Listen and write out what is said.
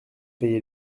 payer